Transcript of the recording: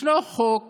ישנו חוק